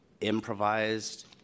improvised